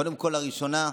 קודם כול, לראשונה,